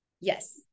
Yes